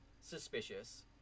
suspicious